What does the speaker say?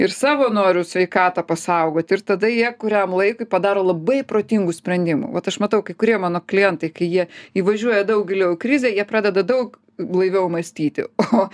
ir savo noriu sveikatą pasaugoti ir tada jie kuriam laikui padaro labai protingų sprendimų vat aš matau kai kurie mano klientai kai jie įvažiuoja daug giliau į krizę jie pradeda daug blaiviau mąstyti o